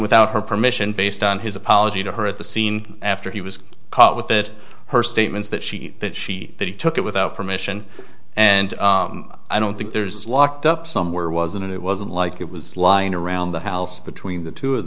without her permission based on his apology to her at the scene after he was caught with it her statements that she that she took it without permission and i don't think there's locked up somewhere wasn't it wasn't like it was lying around the house between the two of